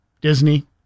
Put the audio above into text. Disney